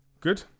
Good